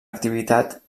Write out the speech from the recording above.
activitat